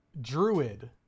Druid